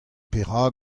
perak